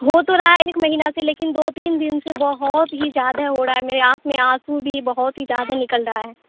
ہو تو رہا ہے ایک مہینہ سے لیکن دو تین دن سے بہت ہی زیادہ ہو رہا ہے میرے آنکھ میں آنسو بھی بہت ہی زیادہ نکل رہا ہے